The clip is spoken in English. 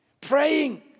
Praying